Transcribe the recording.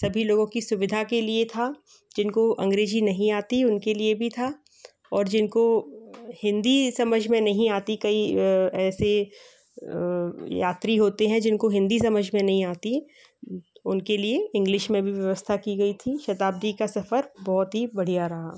सभी लोगों की सुविधा के लिए था जिनको अंग्रेजी नहीं आती उनके लिए भी था और जिनको हिन्दी समझ में नहीं आती कई ऐसी यात्री होते हैं जिनको हिन्दी समझ मे नहीं आती उनके लिए इंग्लिस में भी व्यवस्था की गई थी शताब्दी का सफ़र बहुत ही बढ़िया रहा